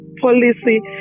policy